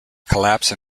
collapse